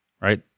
right